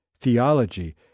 theology